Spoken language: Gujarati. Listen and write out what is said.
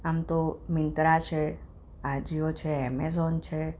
આમ તો મીંત્રા છે આજીઓ છે એમેઝોન છે